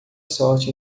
sorte